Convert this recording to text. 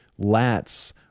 lats